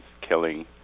killing